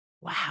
Wow